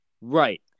Right